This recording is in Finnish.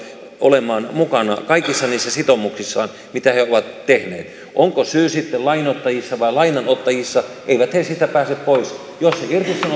olemaan mukana kaikissa niissä sitoumuksissaan mitä he ovat tehneet on syy sitten lainoittajissa tai lainanottajissa eivät he siitä pääse pois jos he sanoutuvat